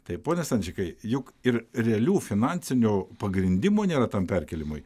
tai pone stančikai juk ir realių finansinių pagrindimų nėra tam perkėlimui